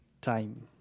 Time